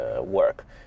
work